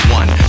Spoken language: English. one